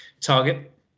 target